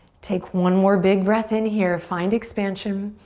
take one more big breath in here. find expansion.